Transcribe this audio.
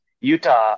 Utah